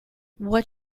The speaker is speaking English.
what